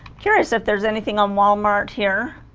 curious if there's anything on walmart here